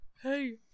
hey